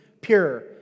pure